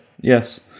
yes